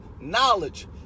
knowledge